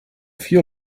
vier